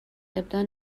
ابداع